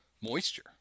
moisture